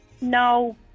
No